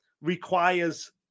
requires